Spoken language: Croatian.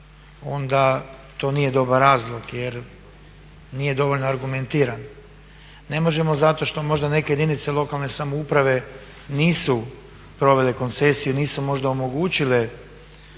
onda to nije dobar razlog jer nije dovoljno argumentiran. Ne možemo zato što možda neke jedinice lokalne samouprave nisu provele koncesiju, nisu možda omogućile